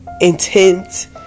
intent